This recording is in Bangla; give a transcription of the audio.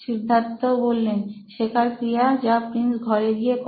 সিদ্ধার্থ শেখার ক্রিয়া যা প্রিন্স ঘরে গিয়ে করে